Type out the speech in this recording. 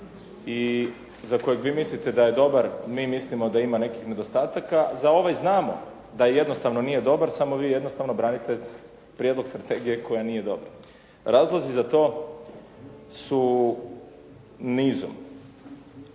i za kojeg vi mislite da je dobar, mi mislimo da ima nekih nedostataka. Za ovaj znamo, da jednostavno nije dobar, samo vi jednostavno branite prijedlog strategije koja nije dobra. Razlozi su za to u nizu.